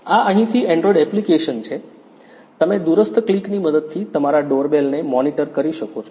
આ અહીંથી android application છે તમે દૂરસ્થ ક્લિકની મદદથી તમારા ડોરબેલને મોનિટર કરી શકો છો